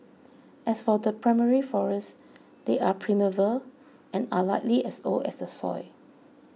as for the primary forest they are primeval and are likely as old as the soil